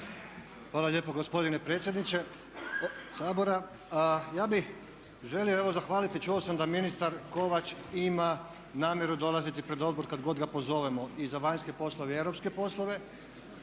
Hvala lijepa gospodine predsjedniče Sabora. Ja bih želio evo zahvaliti, čuo sam da ministar Kovač ima namjeru dolaziti pred odbor kad god ga pozovemo i za vanjske poslove i europske poslove.